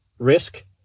Risk